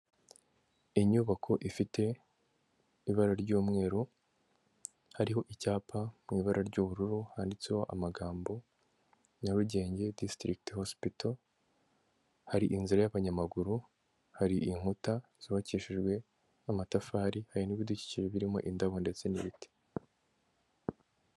Inyubako ifite ibara ry'umweru, hariho icyapa mu ibara ry'ubururu, handitseho amagambo Nyarugenge disitirikiti hosipito, hari inzira y'abanyamaguru, hari inkuta zubakishijwe amatafari, hari n'ibidukikije birimo indabo ndetse n'ibiti.